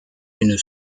une